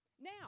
Now